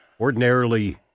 Ordinarily